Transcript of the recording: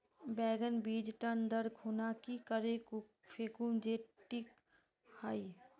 बैगन बीज टन दर खुना की करे फेकुम जे टिक हाई?